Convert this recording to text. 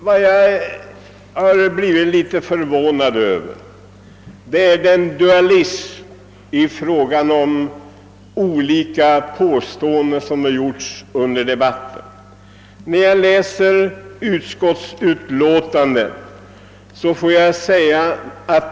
Vad jag förvånat mig litet över är den dualism som präglar olika påståenden som gjorts under debatten.